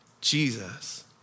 Jesus